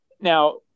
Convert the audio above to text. Now